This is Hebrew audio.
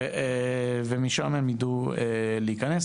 ומשם הם יידעו להיכנס.